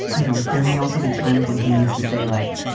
you know, there may also be times when he needs to say, like,